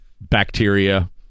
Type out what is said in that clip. bacteria